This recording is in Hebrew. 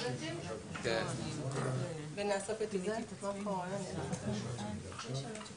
התשפ"א (1 בינואר 2021) (להלן יום התחילה).